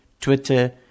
Twitter